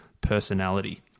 personality